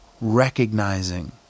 recognizing